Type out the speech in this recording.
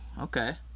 Okay